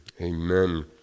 amen